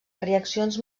reaccions